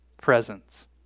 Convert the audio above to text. presence